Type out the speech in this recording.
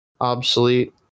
obsolete